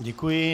Děkuji.